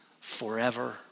forever